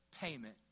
payment